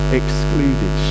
excluded